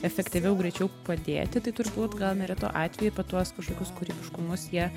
efektyviau greičiau padėti tai turbūt gal neretu atveju apie tuos kažkokius kūrybiškumus jie